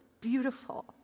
beautiful